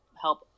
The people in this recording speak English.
help